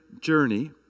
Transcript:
journey